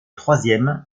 troisième